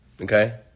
Okay